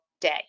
day